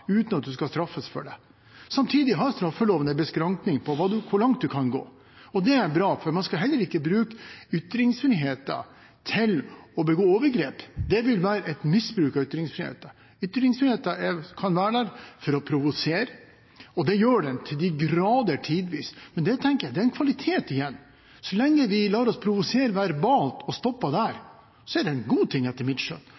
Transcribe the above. uten at du straffes for det. Samtidig har straffeloven en begrensing for hvor langt du kan gå, og det er bra, for man skal heller ikke bruke ytringsfriheten til å begå overgrep. Det vil være et misbruk av ytringsfriheten. Ytringsfriheten kan være der for å provosere, og det gjør den tidvis til de grader. Men det, tenker jeg, er igjen en kvalitet. Så lenge de lar oss provosere verbalt og stopper der, er det en god ting etter mitt skjønn.